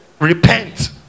Repent